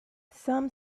some